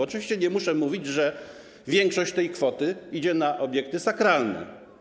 Oczywiście nie muszę mówić, że większość tej kwoty idzie na obiekty sakralne.